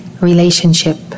Relationship